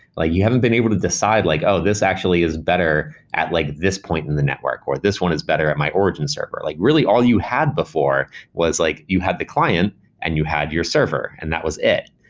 ah you haven't been able to decide, like, oh, this actually is better at like this point in the network, or this one is better at my origin server. like really, all you had before was like you have the client and you had your server, and that was it.